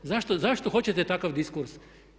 Zašto hoćete takav diskurs?